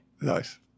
Nice